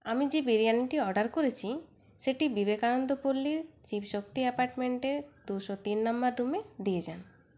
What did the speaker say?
আমি যে বিরিয়ানিটি অর্ডার করেছি সেটি বিবেকানন্দ পল্লীর শিবশক্তি অ্যাপার্টমেন্টে দুশো তিন নম্বর রুমে দিয়ে যান